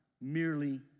merely